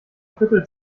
viertel